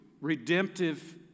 redemptive